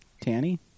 Tanny